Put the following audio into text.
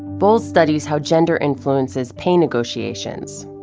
bowles studies how gender influences pay negotiations.